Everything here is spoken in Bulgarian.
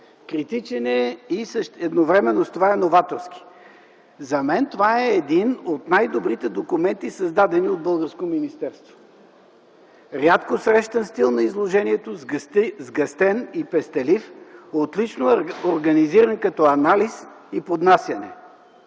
критичен е и едновременно с това е новаторски. За мен това е един от най-добрите документи, създадени от българско министерство. Рядко срещан стил на изложението, сгъстен и пестелив, отлично организиран като анализ и поднасяне.